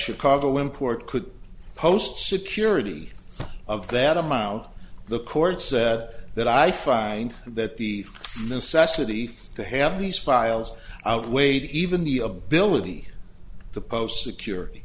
chicago import could post security of that i'm out the court said that i find that the necessity to have these files outweighed even the ability to post security